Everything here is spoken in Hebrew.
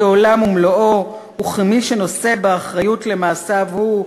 כעולם ומלואו וכמי שנושא באחריות למעשיו הוא.